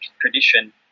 tradition